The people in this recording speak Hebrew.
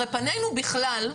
הרי פנינו בכלל,